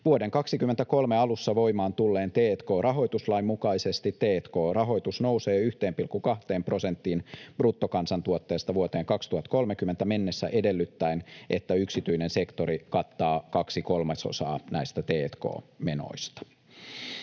Vuoden 23 alussa voimaan tulleen t&k-rahoituslain mukaisesti t&k-rahoitus nousee 1,2 prosenttiin bruttokansantuotteesta vuoteen 2030 mennessä, edellyttäen että yksityinen sektori kattaa kaksi kolmasosaa näistä t&k-menoista.